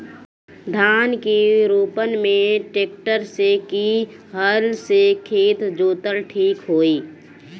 धान के रोपन मे ट्रेक्टर से की हल से खेत जोतल ठीक होई?